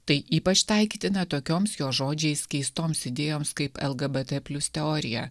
tai ypač taikytina tokioms jo žodžiais keistoms idėjoms kaip lgbt plius teorija